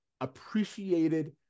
appreciated